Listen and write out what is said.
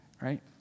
right